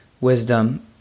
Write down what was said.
wisdom